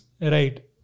Right